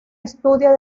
estudio